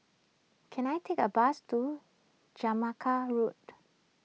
can I take a bus to Jamaica Road